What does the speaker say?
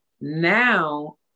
Now